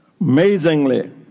Amazingly